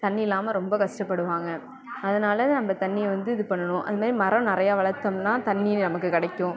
தண்ணி இல்லாமல் ரொம்ப கஷ்டப்படுவாங்க அதனால நம்ப தண்ணியை வந்து இது பண்ணணும் அது மாரி மரம் நிறையா வளர்த்தோம்னா தண்ணி நமக்கு கிடைக்கும்